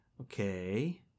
Okay